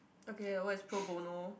okay what's pro Bono